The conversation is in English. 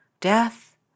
death